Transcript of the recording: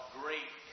great